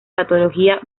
patología